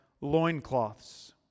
loincloths